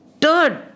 Turn